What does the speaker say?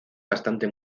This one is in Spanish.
bastante